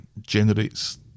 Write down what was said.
generates